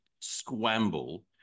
scramble